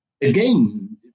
again